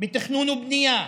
בתכנון ובנייה,